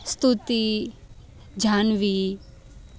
Stuti Janvi